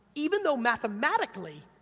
even though mathematically,